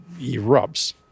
erupts